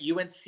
UNC